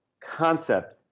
concept